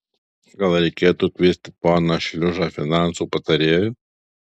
gal reikėtų kviesti poną šliužą finansų patarėju